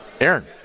Aaron